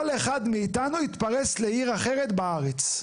כל אחד מאתנו התפרש לעיר אחרת בארץ.